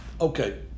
Okay